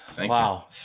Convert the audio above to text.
wow